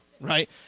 right